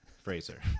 Fraser